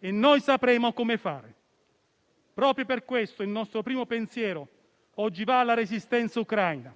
e noi sapremo come fare. Proprio per questo il nostro primo pensiero oggi va alla resistenza ucraina,